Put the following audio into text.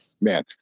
man